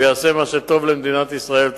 ויעשה מה שטוב למדינת ישראל.